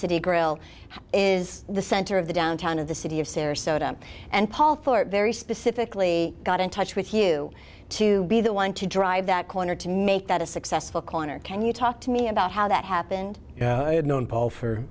city grill is the center of the downtown of the city of sarasota and paul for very specifically got in touch with you to be the one to drive that corner to make that a successful corner can you talk to me about how that happened yeah i had known paul